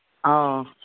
ꯑꯧ